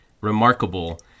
remarkable